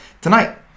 Tonight